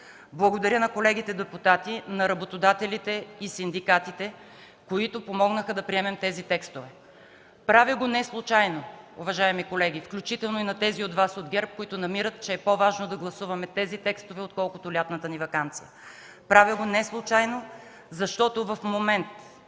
Благодаря на колегите депутати, на работодателите и синдикатите, които помогнаха да приемем тези текстове! Уважаеми колеги, правя го неслучайно, включително и на тези от Вас от ГЕРБ, които намират, че е по-важно да гласуваме тези текстове, отколкото лятната ни ваканция. Правя го неслучайно, защото в момент